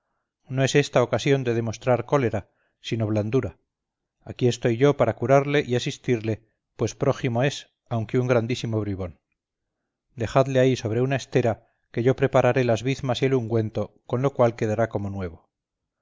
no es esta ocasión dedemostrar cólera sino blandura aquí estoy yo para curarle y asistirle pues prójimo es aunque un grandísimo bribón dejadle ahí sobre una estera que yo prepararé las bizmas y el ungüento con lo cual quedará como nuevo